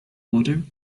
water